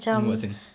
in what sense